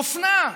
אופנה.